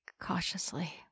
cautiously